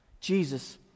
Jesus